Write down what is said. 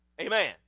Amen